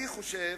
אני חושב